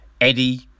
Eddie